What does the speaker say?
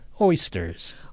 oysters